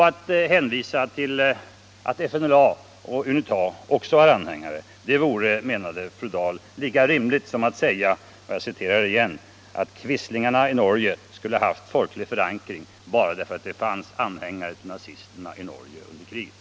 Att hänvisa till att FNLA och UNITA också har anhängare vore, menade hon, lika rimligt som att säga att ”quislingarna i Norge skulle ha haft folklig förankring, bara därför att det fanns anhängare till nazisterna i Norge under kriget”.